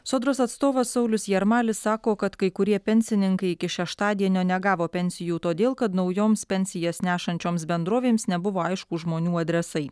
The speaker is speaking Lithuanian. sodros atstovas saulius jarmalis sako kad kai kurie pensininkai iki šeštadienio negavo pensijų todėl kad naujoms pensijas nešančioms bendrovėms nebuvo aišku žmonių adresai